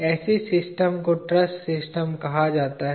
ऐसी सिस्टम को truss system कहा जाता है